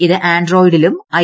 ഇത് ആൻഡ്രോയിഡിലും ഐ